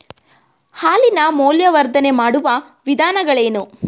ಹಾಲಿನ ಮೌಲ್ಯವರ್ಧನೆ ಮಾಡುವ ವಿಧಾನಗಳೇನು?